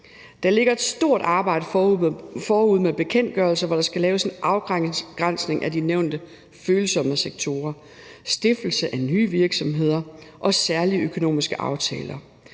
Der ligger et stort arbejde forude med bekendtgørelser, hvor der skal laves en afgrænsning af de nævnte følsomme sektorer, stiftelse af nye virksomheder og særlige økonomiske aftaler.